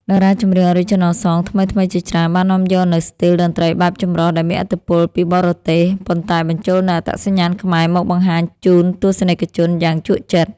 តារាចម្រៀង Original Song ថ្មីៗជាច្រើន បាននាំយកនូវស្ទីលតន្ត្រីបែបចម្រុះដែលមានឥទ្ធិពលពីបរទេស ប៉ុន្តែបញ្ចូលនូវអត្តសញ្ញាណខ្មែរមកបង្ហាញជូនទស្សនិកជនយ៉ាងជក់ចិត្ត។